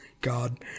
God